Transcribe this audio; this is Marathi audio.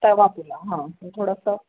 तवा पुलाव हां तर थोडासा